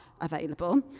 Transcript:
available